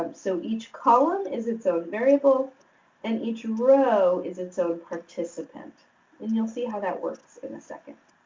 um so, each column is its own variable and each row is its own participant and you'll see how that works in a second.